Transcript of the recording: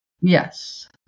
Yes